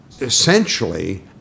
essentially